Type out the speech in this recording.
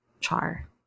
char